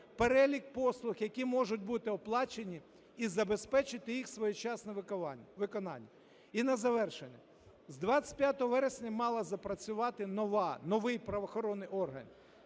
перелік послуг, які можуть бути оплачені, і забезпечити їх своєчасне виконання. І на завершення. З 25 вересня мав запрацювати новий правоохоронний орган